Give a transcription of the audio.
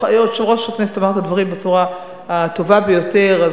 יושב-ראש הכנסת אמר את הדברים בצורה הטובה ביותר,